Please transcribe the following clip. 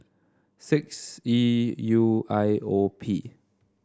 six E U I O P